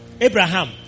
Abraham